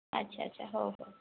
ଆଚ୍ଛା ଆଚ୍ଛା ହଉ ହଉ